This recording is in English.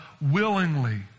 willingly